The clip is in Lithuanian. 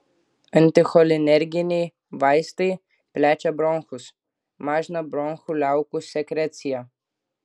anticholinerginiai vaistai plečia bronchus mažina bronchų liaukų sekreciją